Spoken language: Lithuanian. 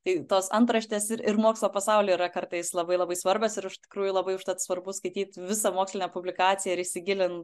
tai tos antraštės ir ir mokslo pasauly yra kartais labai labai svarbios ir iš tikrųjų labai užtat svarbu skaityt visą mokslinę publikaciją ir įsigilint